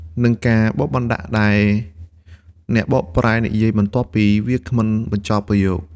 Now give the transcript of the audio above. និងការបកបណ្ដាក់ ដែលអ្នកបកប្រែនិយាយបន្ទាប់ពីវាគ្មិនបញ្ចប់ប្រយោគ។